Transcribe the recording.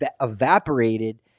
evaporated